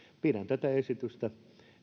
pidän tätä esitystä